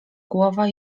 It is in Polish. głowa